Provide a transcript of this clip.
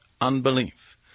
Unbelief